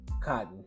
Cotton